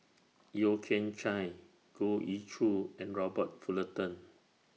Yeo Kian Chai Goh Ee Choo and Robert Fullerton